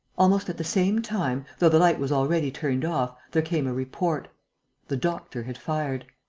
almost at the same time, though the light was already turned off, there came a report the doctor had fired.